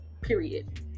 period